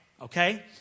Okay